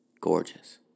Gorgeous